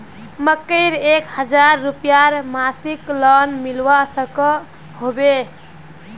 मकईर एक हजार रूपयार मासिक लोन मिलवा सकोहो होबे?